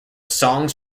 songs